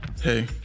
Hey